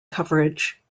coverage